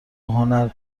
هنر